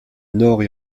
nord